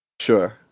Sure